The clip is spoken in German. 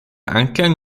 anklang